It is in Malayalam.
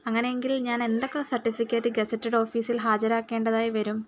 അങ്ങനെയെങ്കിൽ ഞാൻ എന്തൊക്കെ സർട്ടിഫിക്കറ്റ് ഗസെറ്റഡ് ഓഫീസിൽ ഹാജരാക്കേണ്ടതായി വരും